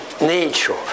nature